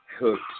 hooks